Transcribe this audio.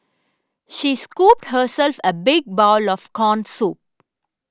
she scooped herself a big bowl of Corn Soup